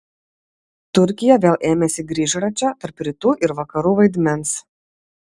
turkija vėl ėmėsi grįžračio tarp rytų ir vakarų vaidmens